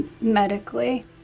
medically